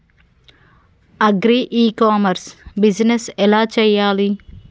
Agri e commerce business ఎలా చెయ్యాలి?